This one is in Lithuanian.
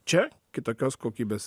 čia kitokios kokybės